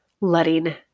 letting